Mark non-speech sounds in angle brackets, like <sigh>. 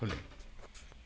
<unintelligible>